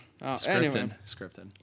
Scripted